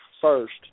first